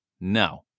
No